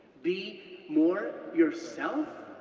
be more yourself,